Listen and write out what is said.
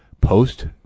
post